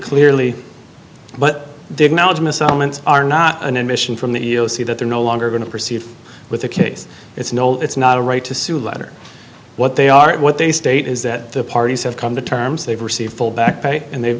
element are not an admission from the e e o c that they're no longer going to proceed with the case it's no it's not a right to sue letter what they are what they state is that the parties have come to terms they've received full back pay and they